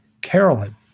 Carolyn